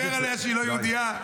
מישהו דיבר עליה שהיא לא יהודייה?